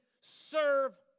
serve